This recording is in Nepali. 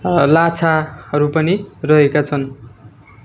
लाछाहरू पनि रहेका छन्